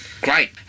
Great